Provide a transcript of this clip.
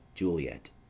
JULIET